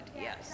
Yes